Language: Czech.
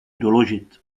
doložit